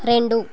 రెండు